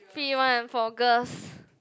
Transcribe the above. free one for girls